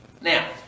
Now